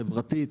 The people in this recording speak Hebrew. חברתית,